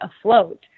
afloat